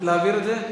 להעביר את זה?